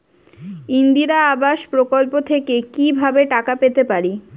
ইন্দিরা আবাস প্রকল্প থেকে কি ভাবে টাকা পেতে পারি?